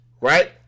right